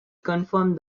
confirmed